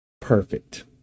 perfect